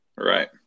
right